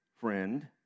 friend